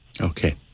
Okay